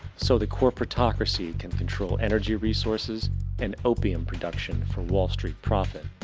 so the corporatocracy can control energy resources and opium production for wall st. profit.